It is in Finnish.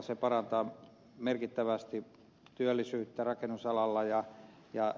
se parantaa merkittävästi työllisyyttä rakennusalalla